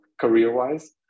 career-wise